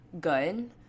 good